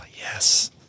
Yes